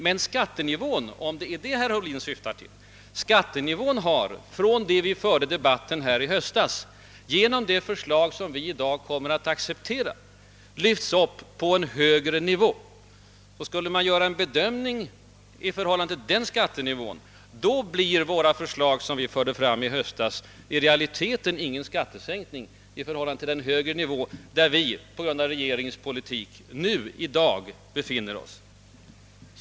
Men skattenivån — om det är den herr Ohlin syftar på har, sedan vi förde debatten i höstas, genom den proposition vi i dag kommer att acceptera lyfts upp på en högre nivå. Och bedömer man våra skatteförslag från i höstas i förhållande till denna nya skattenivå, innebär förslagen i realiteten inte någon sänkning. Den nivå, där vi på grund av regeringens politik 1 dag befinner oss, kommer alltså att vara högre, än vi räknade med under valrörelsen.